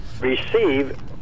receive